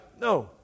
No